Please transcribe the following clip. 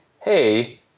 hey